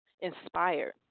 inspired